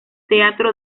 teatro